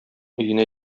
өенә